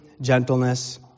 gentleness